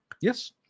Yes